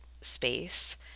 space